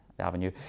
Avenue